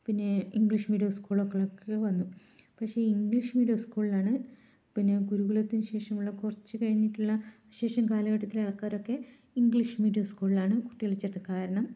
പിന്നെ English medium സ്കൂളുകളൊക്കെ വന്നു പക്ഷേ ഇംഗ്ലീഷ് മീഡിയം സ്കൂളിലാണ് പിന്നെ ഗുരുകുലത്തിന് ശേഷമുള്ള കുറച്ച് കഴിഞ്ഞിട്ടുള്ള ശേഷം കാലഘട്ടത്തിലെ ആള്ക്കാരൊക്കെ ഇംഗ്ലീഷ് മീഡിയം സ്കൂളിലാണ് കുട്ടികളെ ചേർത്തത് കാരണം